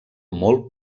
molt